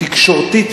תקשורתית.